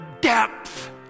depth